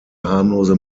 harmlose